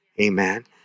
Amen